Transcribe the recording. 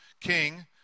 King